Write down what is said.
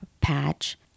patch